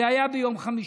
זה היה ביום חמישי,